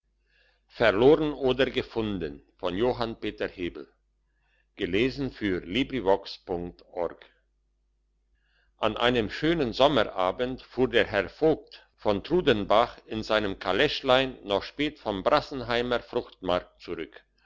gefunden an einem schönen sommerabend fuhr der herr vogt von trudenbach in seinem kaleschlein noch spät vom brassenheimer fruchtmarkt zurück